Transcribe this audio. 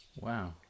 Wow